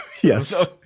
Yes